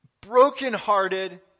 brokenhearted